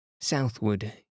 Southward